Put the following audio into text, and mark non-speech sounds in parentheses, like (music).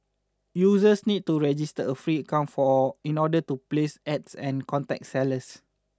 users need to register a free (unintelligible) in order to place Ads and contact sellers